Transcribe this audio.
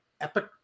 epic